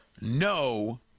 no